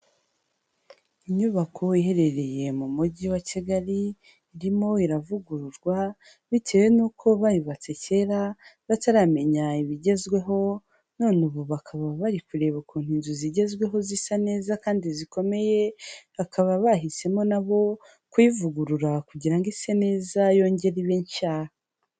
Inyubako iherereye mu mujyi wa Kigali irimo iravugururwa bitewe n'uko bayubatse kera bataramenya ibigezweho, none ubu bakaba bari kureba ukuntu inzu zigezweho zisa neza kandi zikomeye, bakaba bahisemo nabo kuyivugurura kugira ngo ise neza yongere ibe nshya.